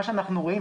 מה שאנחנו רואים,